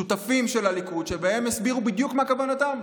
שותפים של הליכוד, הסבירו בדיוק מה כוונתם,